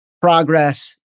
progress